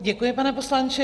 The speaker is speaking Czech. Děkuji, pane poslanče.